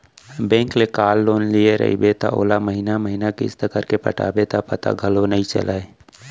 bank ले car loan लिये रइबे त ओला महिना महिना किस्त करके पटाबे त पता घलौक नइ चलय